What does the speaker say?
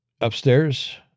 Upstairs